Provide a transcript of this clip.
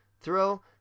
throw